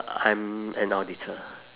I'm an auditor